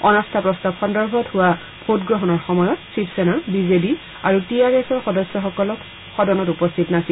অনাস্থা প্ৰস্তাৱ সন্দৰ্ভত হোৱা ভোটগ্ৰহণৰ সময়ত Shiv Sena B J D আৰু টি আৰ এছৰ সদস্যসকল সদনত উপস্থিত নাছিল